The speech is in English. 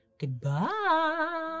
Goodbye